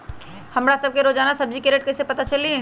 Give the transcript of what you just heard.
हमरा सब के रोजान सब्जी के रेट कईसे पता चली?